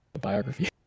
biography